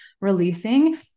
releasing